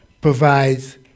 provides